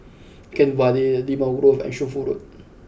Kent Vale Limau Grove and Shunfu Road